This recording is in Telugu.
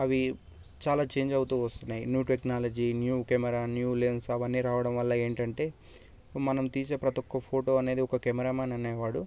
అవి చాలా చేంజ్ అవుతూ వస్తున్నాయి new technology new camera new lens అవన్నీ రావడం వల్ల ఏంటంటే మనం తీసే ప్రతి ఒక్క ఫోటో అనేది ఒక కెమెరామెన్ అనేవాడు